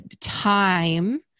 time